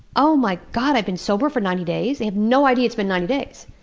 oh my god, i've been sober for ninety days! they have no idea it's been ninety days.